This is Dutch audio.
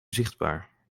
zichtbaar